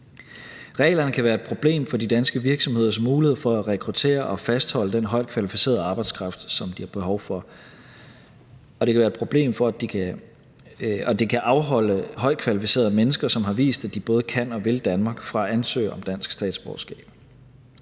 Reglerne kan være et problem for de danske virksomheders mulighed for at rekruttere og fastholde den højt kvalificerede arbejdskraft, som de har behov for, og det kan afholde højt kvalificerede mennesker, som har vist, at de både kan og vil Danmark, fra at ansøge om dansk statsborgerskab.